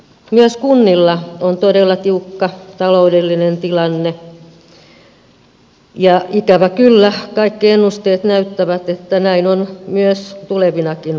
myös kunnilla on todella tiukka taloudellinen tilanne ja ikävä kyllä kaikki ennusteet näyttävät että näin on myös tulevina vuosina